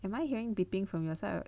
am I hearing beeping from your side